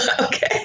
okay